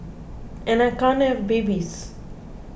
and I can't have babies